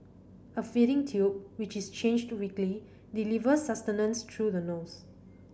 a feeding tube which is changed weekly delivers sustenance through the nose